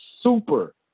super